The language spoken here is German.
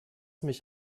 mich